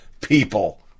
people